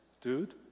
Dude